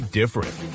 different